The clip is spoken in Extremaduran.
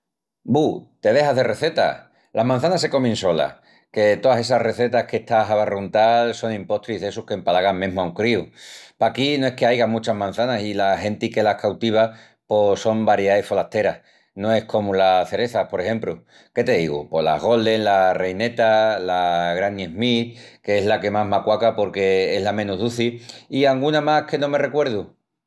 Bu, te dexas de rezetas. Las mançanas se comin solas, que toas essas rezetas qu'estás a barruntal sonin postris d'essus qu'empalagan mesmu a un críu. Paquí no es que'aiga muchas mançanas i la genti que las cautiva pos son varieais folasteras. No es comu las cerezas, por exempru. Que te digu, pos la golden, la reineta, la granny smith qu'es la que más m'aquaca porque es la menus duci i anguna más que no me recuerdu.